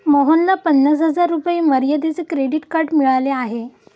मोहनला पन्नास हजार रुपये मर्यादेचे क्रेडिट कार्ड मिळाले आहे